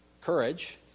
courage